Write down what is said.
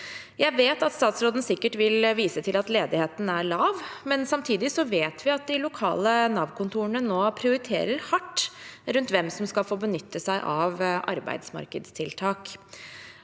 Jeg vet at statsråden sikkert vil vise til at ledigheten er lav. Samtidig vet vi at de lokale Nav-kontorene nå prioriterer hardt rundt hvem som skal få benytte seg av arbeidsmarkedstiltak.